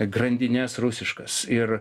grandines rusiškas ir